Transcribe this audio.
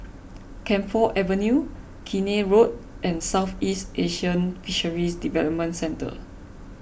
Camphor Avenue Keene Road and Southeast Asian Fisheries Development Centre